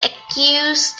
accuse